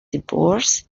divorce